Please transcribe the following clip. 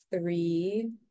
Three